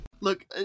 Look